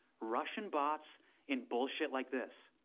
russian bots and bullshit like this.